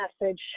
message